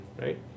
right